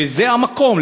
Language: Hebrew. וזה המקום,